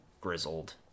grizzled